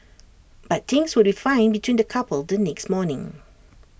but things would be fine between the couple the next morning